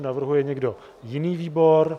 Navrhuje někdo jiný výbor?